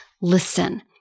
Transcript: Listen